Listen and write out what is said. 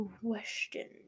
question